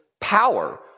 power